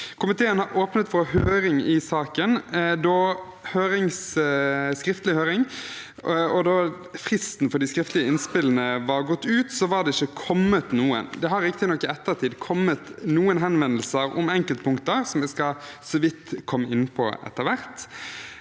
Komiteen har åpnet for skriftlig høring i saken, og da fristen for de skriftlige innspillene var gått ut, var det ikke kommet noen. Det har riktignok i ettertid kommet noen henvendelser om enkeltpunkter, som jeg så vidt skal komme inn på etter hvert.